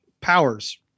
powers